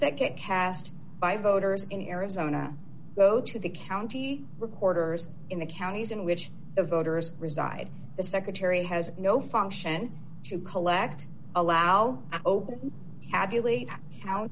get cast by voters in arizona go to the county recorder's in the counties in which the voters reside the secretary has no function to collect allow open tabulate